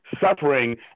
suffering